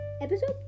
episode